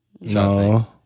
No